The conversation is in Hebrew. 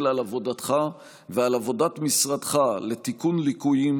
על עבודתך ועל עבודת משרדך לתיקון ליקויים,